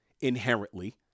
inherently